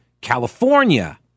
California